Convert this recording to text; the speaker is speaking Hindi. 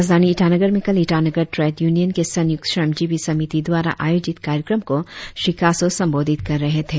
राजधानी ईटानगर में कल ईटानगर ट्रेड यूनियन के संयुक्त श्रमजीवी समिति द्वारा आयोजित कार्यक्रम को श्री कासो संबोधित कर रहे थे